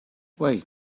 wait